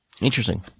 interesting